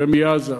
ומעזה.